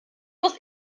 muss